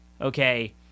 Okay